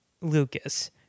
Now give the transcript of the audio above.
Lucas